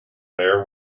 there